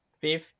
fifth